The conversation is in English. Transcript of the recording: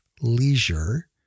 leisure